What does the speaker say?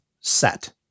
set